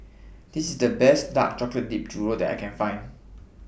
This IS The Best Dark Chocolate Dipped Churro that I Can Find